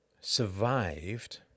survived